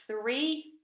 three